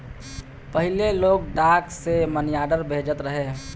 पहिले लोग डाक से मनीआर्डर भेजत रहे